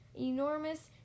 enormous